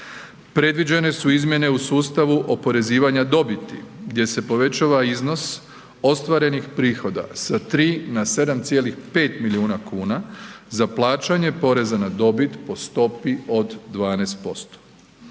Predviđene su izmjene u sustavu oporezivanja dobiti gdje se povećava iznos ostvarenih prihoda sa 3 na 7,5 milijuna kuna za plaćanje poreza na dobit po stopi od 12%,